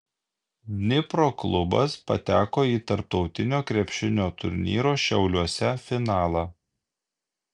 dnipro klubas pateko į tarptautinio krepšinio turnyro šiauliuose finalą